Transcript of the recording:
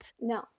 No